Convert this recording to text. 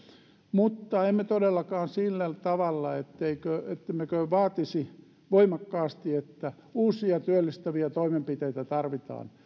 mutta emme todellakaan sillä tavalla ettemmekö vaatisi voimakkaasti että uusia työllistäviä toimenpiteitä tarvitaan